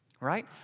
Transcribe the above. Right